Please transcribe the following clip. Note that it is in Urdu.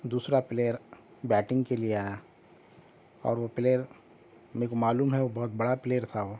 دوسرا پلیئر بیٹنگ کے لیے آیا اور وہ پلیئر میرے کو معلوم ہے وہ بہت بڑا پلیئر تھا